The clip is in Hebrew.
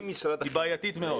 היא בעייתית מאוד.